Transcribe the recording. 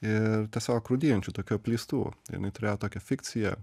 ir tiesiog rūdijančių tokių apleistų jinai turėjo tokią fikciją